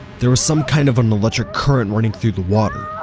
there was some kind of an electric current running through the water,